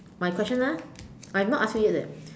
my question ah I've not asked you yet eh